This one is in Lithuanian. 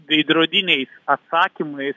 veidrodiniais atsakymais